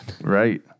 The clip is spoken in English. Right